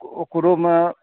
ओकरोमे